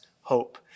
hope